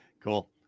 Cool